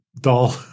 doll